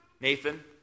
Nathan